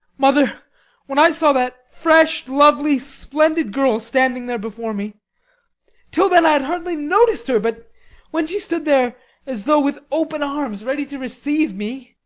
mother when i saw that fresh, lovely, splendid girl standing there before me till then i had hardly noticed her but when she stood there as though with open arms ready to receive me